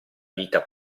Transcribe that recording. vita